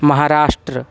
महाराष्ट्रः